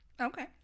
okay